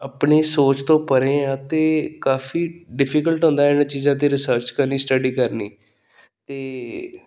ਆਪਣੀ ਸੋਚ ਤੋਂ ਪਰੇ ਆ ਅਤੇ ਕਾਫੀ ਡਿਫੀਕਲਟ ਹੁੰਦਾ ਇਹਨਾਂ ਚੀਜ਼ਾਂ 'ਤੇ ਰਿਸਰਚ ਕਰਨੀ ਸਟਡੀ ਕਰਨੀ ਅਤੇ